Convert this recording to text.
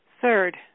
Third